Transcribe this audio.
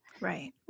Right